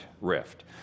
rift